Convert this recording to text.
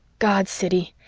god, siddy,